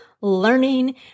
learning